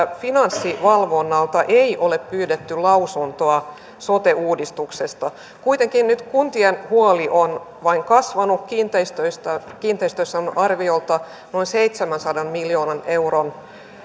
finanssivalvonnalta ei ole pyydetty lausuntoa sote uudistuksesta kuitenkin nyt kuntien huoli on vain kasvanut kiinteistöissä kiinteistöissä on arviolta noin seitsemänsadan miljoonan euron